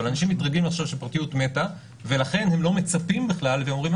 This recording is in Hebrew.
אבל אנשים מתרגלים לחשוב שפרטיות מתה ולכן הם לא מצפים בכלל ואומרים,